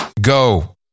go